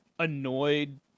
Annoyed